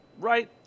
Right